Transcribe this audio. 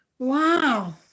Wow